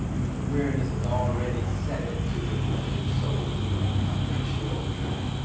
the weariness has already set into the precious souls of the children.